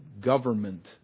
government